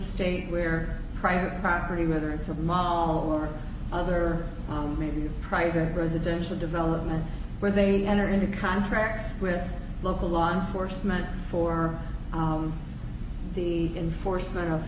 state where private property whether it's a mile or other maybe a private residential development where they enter into contracts with local law enforcement for the enforcement of